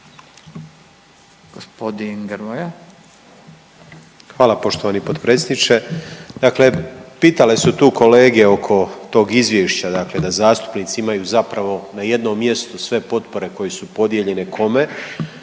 Hvala poštovan potpredsjedniče. Dakle, pitale su tu kolege oko tog izvješća dakle da zastupnici imaju zapravo na jednom mjestu sve potpore koje su podijeljene kome,